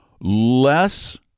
Less